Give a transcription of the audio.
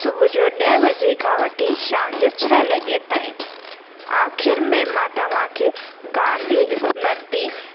सुबुह जो ॾहें बजे खां वठी शाम जो छह लॻे ताईं आख़िरि में मां तव्हांखे गांधी स्मृति